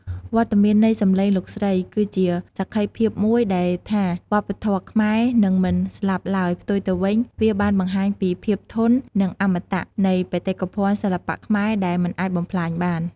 វត្តមាននៃសំឡេងលោកស្រីគឺជាសក្ខីភាពមួយដែលថា វប្បធម៌ខ្មែរនឹងមិនស្លាប់ឡើយ ផ្ទុយទៅវិញ វាបានបង្ហាញពី ភាពធន់ និង អមតភាព នៃបេតិកភណ្ឌសិល្បៈខ្មែរដែលមិនអាចបំផ្លាញបាន។